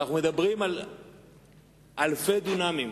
ואנחנו מדברים על אלפי דונמים.